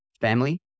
family